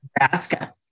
Nebraska